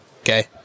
Okay